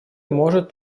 может